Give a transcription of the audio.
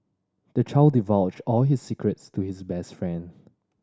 the child divulged all his secrets to his best friend